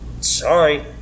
sorry